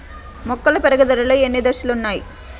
మొక్క పెరుగుదలలో ఎన్ని దశలు వున్నాయి?